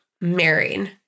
marrying